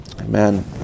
Amen